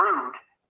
Rude